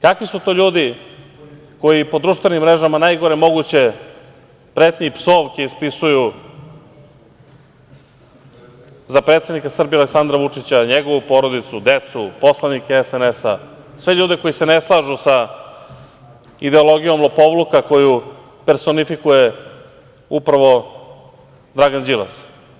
Kakvi su to ljudi koji po društvenim mrežama najgore moguće pretnje i psovke ispisuju za predsednika Srbije Aleksandra Vučića, njegovu porodicu, decu, poslanike SNS, sve ljude koji se ne slažu sa ideologijom lopovluka koju personifikuje upravo Dragan Đilas?